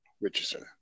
Richardson